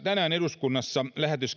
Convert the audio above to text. tänään eduskunnassa